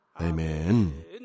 Amen